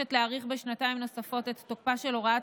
מבקשת להאריך בשנתיים נוספות את תוקפה של הוראת